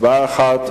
הצבעה אחת,